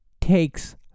takes